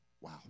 Wow